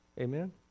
Amen